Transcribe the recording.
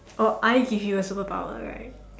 or I give you a superpower right